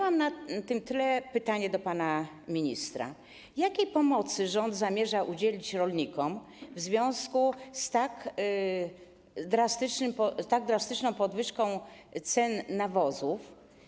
Mam na tym tle pytanie do pana ministra: Jakiej pomocy rząd zamierza udzielić rolnikom w związku z tak drastyczną podwyżką cen nawozów?